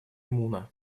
муна